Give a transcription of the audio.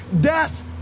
death